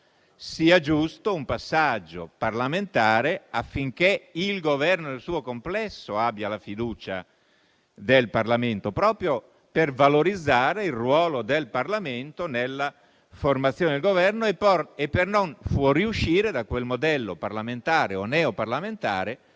sia giusto un passaggio parlamentare, affinché il Governo nel suo complesso abbia la fiducia del Parlamento, proprio per valorizzare il ruolo del Parlamento nella formazione del Governo e per non fuoriuscire da quel modello parlamentare o neoparlamentare